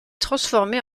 transformé